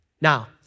Now